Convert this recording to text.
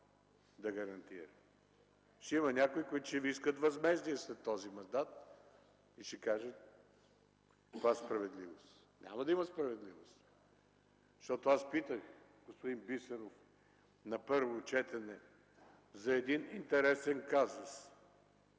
да гарантира. Ще има някои, които ще Ви искат възмездие след този мандат, и ще кажат: „Каква справедливост?!” Няма да има справедливост. Аз питах господин Бисеров на първо четене за един интересен казус